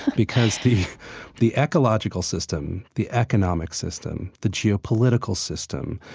because the the ecological system, the economic system, the geopolitical system,